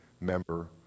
member